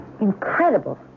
Incredible